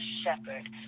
shepherd